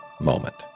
moment